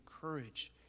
courage